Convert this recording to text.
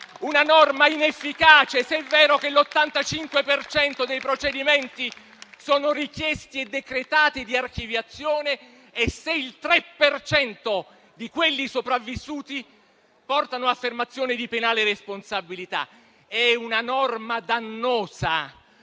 una norma inefficace se è vero che l'85 per cento dei procedimenti sono richiesti e decretati di archiviazione e se il 3 per cento di quelli sopravvissuti portano ad affermazione di penale responsabilità. È una norma dannosa,